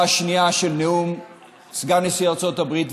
שנייה של נאם סגן נשיא ארצות הברית,